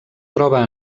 troba